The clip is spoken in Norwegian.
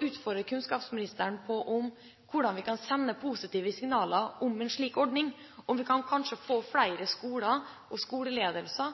utfordre kunnskapsministeren på hvordan vi kan sende positive signaler om en slik ordning, kanskje få flere skoler og skoleledelser